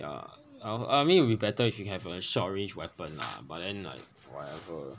ya I I mean it would be better if you have a short range weapon lah but then like